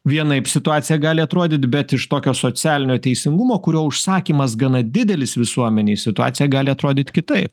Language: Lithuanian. vienaip situacija gali atrodyt bet iš tokio socialinio teisingumo kurio užsakymas gana didelis visuomenėj situacija gali atrodyt kitaip